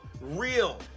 real